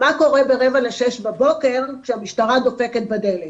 מה קורה ברבע לשש בבוקר, כשהמשטרה דופקת בדלת.